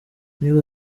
niba